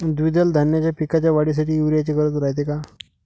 द्विदल धान्याच्या पिकाच्या वाढीसाठी यूरिया ची गरज रायते का?